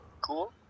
cool